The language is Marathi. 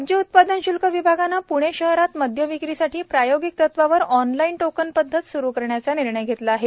राज्य उत्पादन श्ल्क विभागाने प्णे शहरात मदय विक्रीसाठी प्रायोगिक तत्वावर ऑनलाईन टोकन पद्धत सुरू करण्याचा निर्णय घेतला आहे